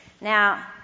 Now